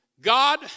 God